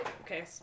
Okay